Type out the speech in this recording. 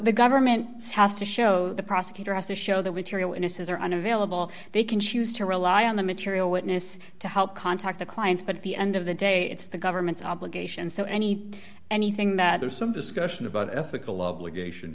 the government has to show the prosecutor has to show that we tiriel indices are unavailable they can choose to rely on the material witness to help contact the clients but at the end of the day it's the government's obligation so any anything that there's some discussion about ethical obligation